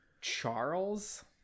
Charles